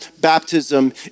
Baptism